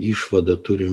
išvadą turi